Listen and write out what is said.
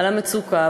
על המצוקה,